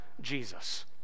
Jesus